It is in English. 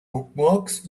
bookmarks